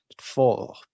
four